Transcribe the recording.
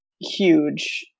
huge